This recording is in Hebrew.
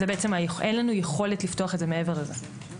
אין לנו יכולת לפתוח את זה מעבר לזה.